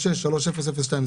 בתוכנית 363002,